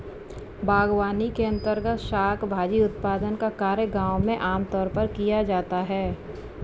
बागवानी के अंर्तगत शाक भाजी उत्पादन का कार्य गांव में आमतौर पर किया जाता है